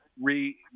re